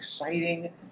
exciting